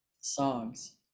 songs